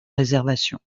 réservation